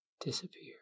disappear